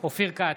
אופיר כץ,